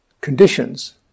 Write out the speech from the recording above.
conditions